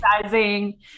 sizing